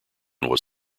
was